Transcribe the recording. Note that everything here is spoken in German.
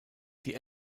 die